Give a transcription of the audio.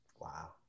Wow